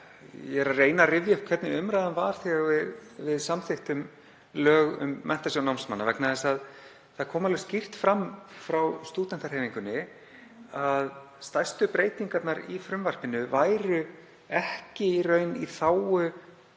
Ég er að reyna að rifja upp hvernig umræðan var þegar við samþykktum lög um Menntasjóð námsmanna. Það kom alveg skýrt fram frá stúdentahreyfingunni að stærstu breytingarnar í frumvarpinu væru ekki í þágu